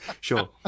Sure